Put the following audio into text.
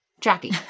Jackie